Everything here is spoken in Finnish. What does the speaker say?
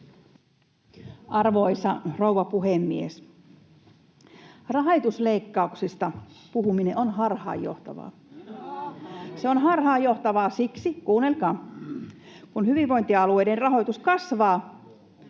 Arvoisa rouva puhemies! Rahoitusleikkauksista puhuminen on harhaanjohtavaa. Se on harhaanjohtavaa siksi — kuunnelkaa — kun hyvinvointialueiden rahoitus kasvaa